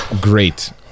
great